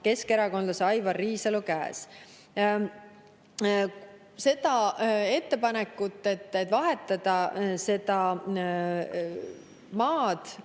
keskerakondlase Aivar Riisalu käes. Seda ettepanekut, et vahetada see maa